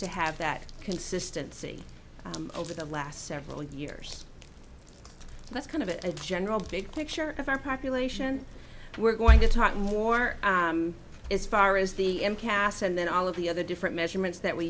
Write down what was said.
to have that consistency over the last several years so that's kind of a general big picture of our population we're going to talk more as far as the impasse and then all of the other different measurements that we